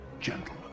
gentlemen